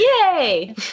Yay